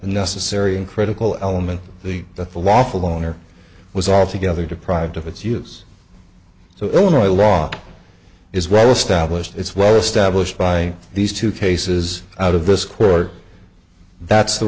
the necessary and critical element the that the lawful owner was altogether deprived of its use so illinois law is well established it's well established by these two cases out of this court that's the